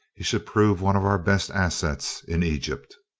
he should prove one of our best assets in egypt.